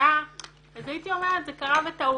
הראשונה אז הייתי אומרת שזה קרה בטעות.